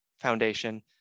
Foundation